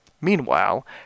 Meanwhile